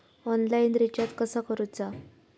Online recharge कसा करूचा?